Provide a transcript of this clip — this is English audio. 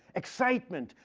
excitement,